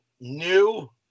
new